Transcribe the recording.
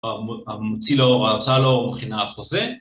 ‫ההוצאה לא מכינה אף חוזה.